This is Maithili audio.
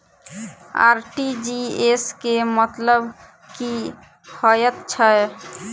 आर.टी.जी.एस केँ मतलब की हएत छै?